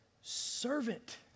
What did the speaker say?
servant